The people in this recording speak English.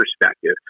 perspective